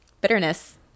bitterness